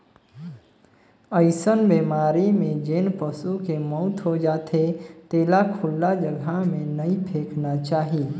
अइसन बेमारी में जेन पसू के मउत हो जाथे तेला खुल्ला जघा में नइ फेकना चाही